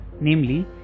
namely